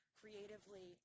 creatively